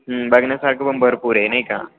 बघण्यासारखं पण भरपूर आहे नाही का